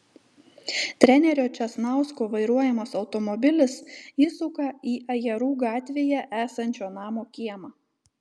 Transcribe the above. trenerio česnausko vairuojamas automobilis įsuka į ajerų gatvėje esančio namo kiemą